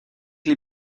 les